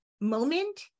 moment